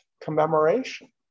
commemoration